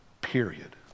period